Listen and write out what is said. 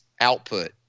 output